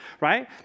right